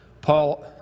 Paul